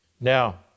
Now